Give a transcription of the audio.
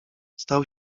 stał